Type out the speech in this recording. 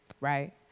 Right